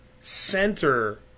center